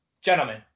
gentlemen